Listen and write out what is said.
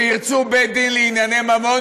שירצו בית-דין לענייני ממון,